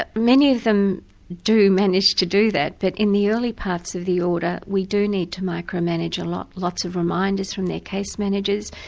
ah many of them do manage to do that, but in the early parts of the order, we do need to micro-manage lots lots of reminders from their case managers,